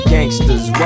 Gangsters